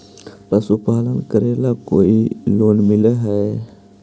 पशुपालन करेला कोई लोन मिल हइ?